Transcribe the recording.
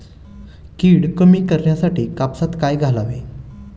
कीड कमी करण्यासाठी कापसात काय घालावे?